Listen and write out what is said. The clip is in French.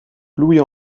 louis